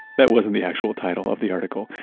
that wasn't the actual title of the article.